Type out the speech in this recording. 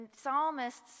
psalmist's